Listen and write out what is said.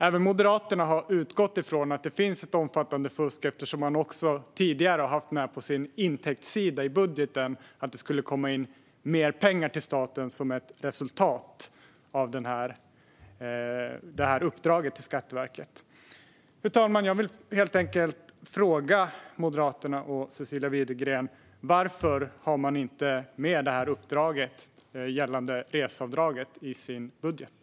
Även Moderaterna har utgått från att det finns ett omfattande fusk, eftersom man i tidigare budget haft med på intäktssidan mer pengar som skulle komma in till staten som ett resultat av uppdraget till Skatteverket. Fru talman! Jag vill helt enkelt fråga Moderaterna och Cecilia Widegren varför man inte har med uppdraget gällande reseavdraget i sin budget.